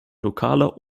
lokaler